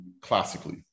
classically